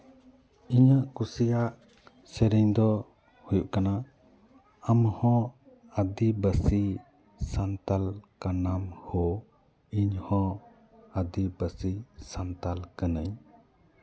ᱤᱧᱟᱹᱜ ᱠᱩᱥᱤᱭᱟᱜ ᱥᱮᱹᱨᱮᱹᱧ ᱫᱚ ᱦᱩᱭᱩᱜ ᱠᱟᱱᱟ ᱟᱢᱦᱚᱸ ᱟᱹᱫᱤᱵᱟᱹᱥᱤ ᱥᱟᱱᱛᱟᱞ ᱠᱟᱱᱟᱢ ᱦᱳ ᱤᱧᱦᱚᱸ ᱟᱹᱫᱤᱵᱟᱹᱥᱤ ᱥᱟᱱᱛᱟᱞ ᱠᱟᱹᱱᱟᱹᱧ